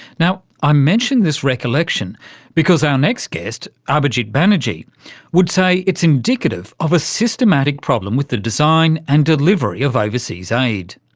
now, i mention this recollection because our next guest ah abhijit banerjee would say it's indicative of a systematic problem with the design and delivery of overseas aid.